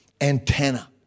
antenna